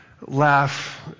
Laugh